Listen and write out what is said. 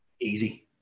easy